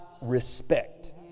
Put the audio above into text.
respect